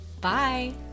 Bye